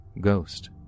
ghost